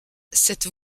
cette